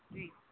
جی